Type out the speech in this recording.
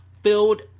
Filled